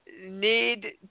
need